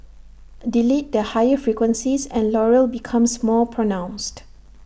delete the higher frequencies and Laurel becomes more pronounced